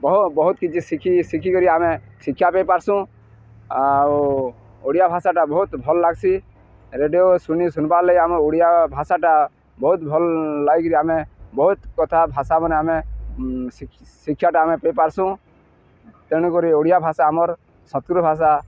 ବହୁତ ବହୁତ କିଛି ଶିଖି ଶିଖିକରି ଆମେ ଶିକ୍ଷା ବି ପାର୍ସୁଁ ଆଉ ଓଡ଼ିଆ ଭାଷାଟା ବହୁତ ଭଲ୍ ଲାଗ୍ସି ରେଡ଼ିଓ ଶୁଣି ଶୁଣବାର୍ ଲାଗ ଆମ ଓଡ଼ିଆ ଭାଷାଟା ବହୁତ ଭଲ ଲାଗକିରି ଆମେ ବହୁତ କଥା ଭାଷାମାନେ ଆମେ ଶିକ୍ଷାଟା ଆମେ ପେ ପାର୍ସୁଁ ତେଣୁକରି ଓଡ଼ିଆ ଭାଷା ଆମର୍ ଶତୃ ଭାଷା